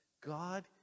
god